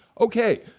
Okay